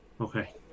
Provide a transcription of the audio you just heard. Okay